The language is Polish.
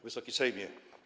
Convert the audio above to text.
Wysoki Sejmie!